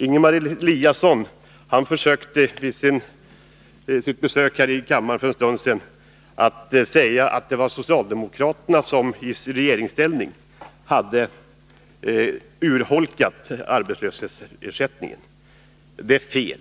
Ingemar Eliasson försökte vid sitt besök här i kammaren för en stund sedan säga att det var socialdemokraterna som i regeringsställning hade urholkat arbetslöshetsersättningen. Det är fel,